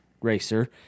racer